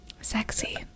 sexy